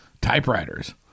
typewriters